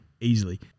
Easily